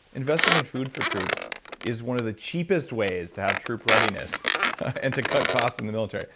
investing in food for troops is one of the cheapest ways to have troop readiness and to cut cost in the military.